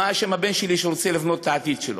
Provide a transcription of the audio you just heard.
מה אשם הבן שלי שרוצה לבנות את העתיד שלו?